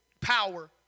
power